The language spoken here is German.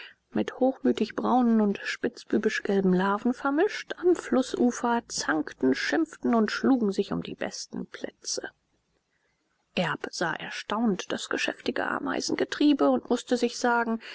mit hochmütig braunen und spitzbübisch gelben larven vermischt am flußufer zankten schimpften und schlugen sich um die besten plätze erb sah erstaunt das geschäftige ameisengetriebe und mußte sich sagen